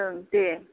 औ दे